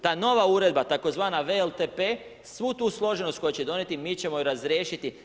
Ta nova uredba tzv. VLTP svu tu složenost koju će donijeti, mi ćemo ju razriješiti.